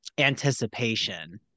anticipation